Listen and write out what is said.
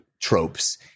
tropes